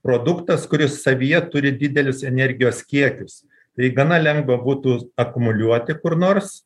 produktas kuris savyje turi didelius energijos kiekius tai gana lengva būtų akumuliuoti kur nors